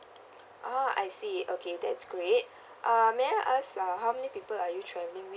orh I see okay that's great uh may I ask uh how many people are you traveling with